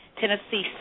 Tennessee